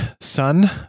son